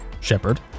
Shepard